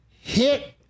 hit